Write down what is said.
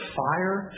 fire